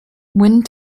wind